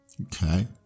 okay